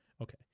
okay